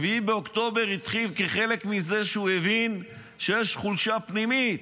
7 באוקטובר התחיל כחלק מזה שהוא הבין שיש חולשה פנימית,